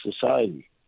society